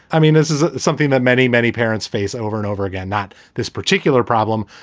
i mean, this is something that many, many parents face over and over again, not this particular problem,